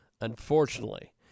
unfortunately